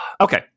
okay